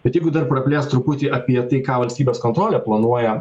bet jeigu dar praplėst truputį apie tai ką valstybės kontrolė planuoja